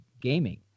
gaming